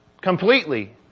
completely